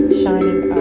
shining